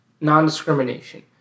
non-discrimination